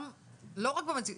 לא רק במציאות בשטח,